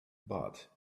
but